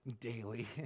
Daily